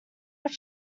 what